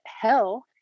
hell